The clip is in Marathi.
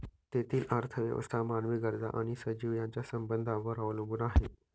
तेथील अर्थव्यवस्था मानवी गरजा आणि सजीव यांच्या संबंधांवर अवलंबून आहे